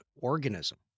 organism